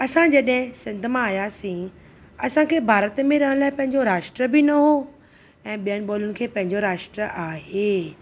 असां जॾहिं सिंध मां आयासीं असांखे भारत में रहणु लाइ पंहिंजो राष्ट्र बि न हो ऐं ॿियनि ॿोलियुनि खे पंहिंजो राष्ट्र आहे